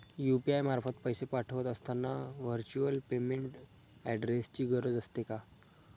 UPI मार्फत पैसे पाठवत असताना व्हर्च्युअल पेमेंट ऍड्रेसची गरज असते का?